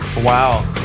Wow